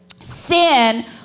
Sin